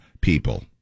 people